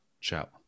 Ciao